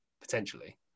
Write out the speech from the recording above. potentially